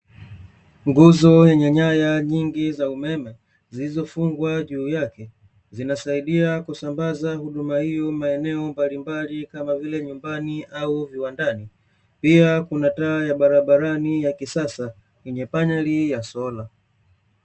Nguzo yenye nyaya nyingi za umeme, zilizofungwa juu yake, zinasaidia kusambaza huduma hiyo maeneo mbalimbali, kama vile; nyumbani au viwandani, pia kuna taa ya barabarani ya kisasa yenye paneli ya sola.